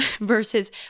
versus